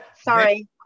Sorry